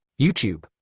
YouTube